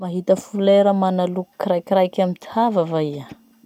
Mahita folera mana loko kiraikiraiky amy ty hava va iha?